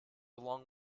long